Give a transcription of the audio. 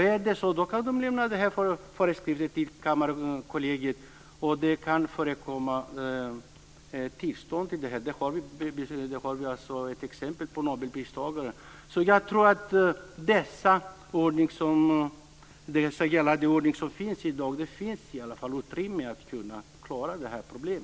Är det så kan de lämna föreskrifterna till Kammarkollegiet och få tillstånd. Det har vi ett exempel på när det gäller nobelpristagare. Jag tror att den ordning som finns i dag ger utrymme för att man ska kunna klara detta problem.